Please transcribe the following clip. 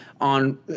on